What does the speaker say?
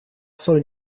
sollen